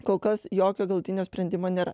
kol kas jokio galutinio sprendimo nėra